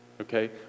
Okay